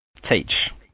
Teach